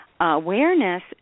awareness